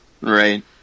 Right